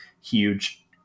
huge